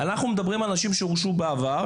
אנחנו מדברים על אנשים שהורשעו בעבר,